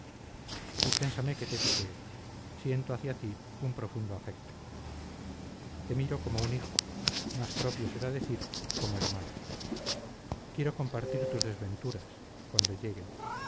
dispénsame que te tutee siento hacia ti un profundo afecto te miro como un hijo más propio será decir como hermano quiero compartir tus desventuras cuando lleguen